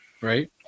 Right